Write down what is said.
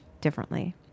differently